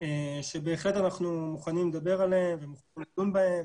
שבהחלט אנחנו מוכנים לדבר עליהם ומוכנים לדון בהם.